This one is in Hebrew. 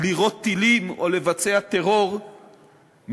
לירות טילים או לבצע טרור מתוך